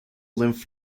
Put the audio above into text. lymph